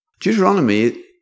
Deuteronomy